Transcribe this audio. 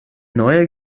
neue